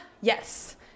Yes